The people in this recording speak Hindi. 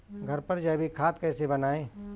घर पर जैविक खाद कैसे बनाएँ?